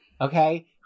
Okay